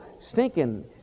stinking